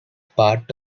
part